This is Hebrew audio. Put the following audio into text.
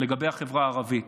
לגבי החברה הערבית: